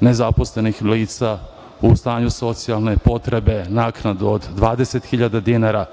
nezaposlenih lica u stanju socijalne potrebe naknadu od 20.000 dinara.